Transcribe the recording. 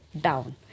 down